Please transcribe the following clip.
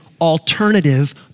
alternative